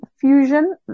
Fusion